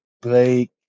Blake